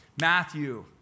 Matthew